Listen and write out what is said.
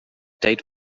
date